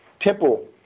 temple